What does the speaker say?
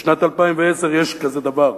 בשנת 2010 יש כזה דבר,